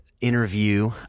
interview